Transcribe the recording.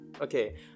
okay